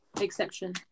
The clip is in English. exception